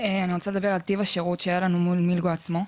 אני רוצה לדבר על טיב השירות שהיה לנו מול "מילגו" עצמו.